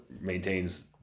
maintains